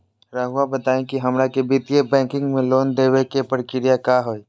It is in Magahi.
रहुआ बताएं कि हमरा के वित्तीय बैंकिंग में लोन दे बे के प्रक्रिया का होई?